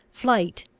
flight,